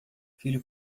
filho